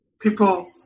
People